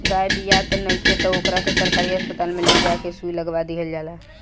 गाय बियात नइखे त ओकरा के सरकारी अस्पताल में ले जा के सुई लगवा दीहल जाला